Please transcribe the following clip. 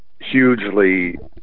hugely